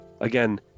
again